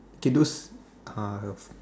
okay those uh